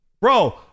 Bro